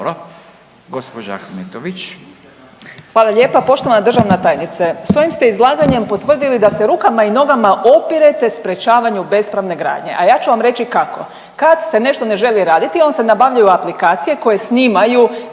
Hvala lijepa. Poštovana državna tajnice. S ovim ste izlaganjem potvrdili da se rukama i nogama opirite sprečavanju bespravne gradnje, a ja ću vam reći kako. Kad se nešto ne želi raditi onda se nabavljaju aplikacije koje snimaju,